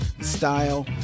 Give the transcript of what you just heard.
style